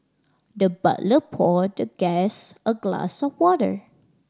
the butler poured the guest a glass of water